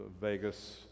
Vegas